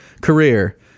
career